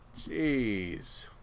Jeez